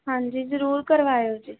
ਹਾਂਜੀ ਜ਼ਰੂਰ ਕਰਵਾਇਓ ਜੀ